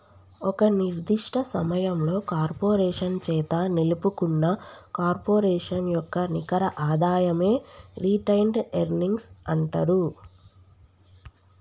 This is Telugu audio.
ఒక నిర్దిష్ట సమయంలో కార్పొరేషన్ చేత నిలుపుకున్న కార్పొరేషన్ యొక్క నికర ఆదాయమే రిటైన్డ్ ఎర్నింగ్స్ అంటరు